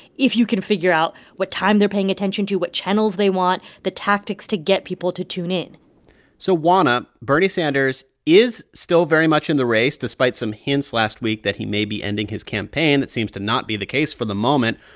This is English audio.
if you can figure out what time they're paying attention to, what channels they want, the tactics to get people to tune in so juana, bernie sanders is still very much in the race despite some hints last week that he may be ending his campaign. that seems to not be the case for the moment.